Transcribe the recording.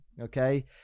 Okay